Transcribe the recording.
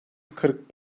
kırk